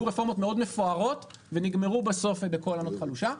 רפורמות מאוד מפוארות ונגמרו בסוף בקול ענות חלושה.